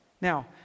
Now